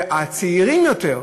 והצעירים יותר,